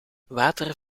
water